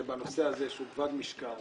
שבנושא הזה שהוא כבד משקל,